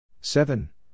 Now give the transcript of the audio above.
seven